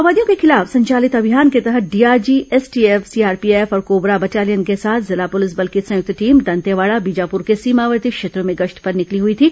माओवादियों के खिलाफ संचालित अभियान के तहत डीआरजी एसटीएफ सीआरपीएफ और कोबरा बटालियन के साथ जिला पुलिस बल की संयुक्त टीम दंतेवाड़ा बीजापुर के सीमावर्ती क्षेत्रों में गश्त पर निकली थी